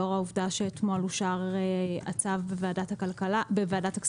לאור העובדה שאתמול אושר הצו בוועדת הכספים,